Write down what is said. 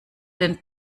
den